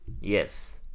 yes